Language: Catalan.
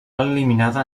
eliminada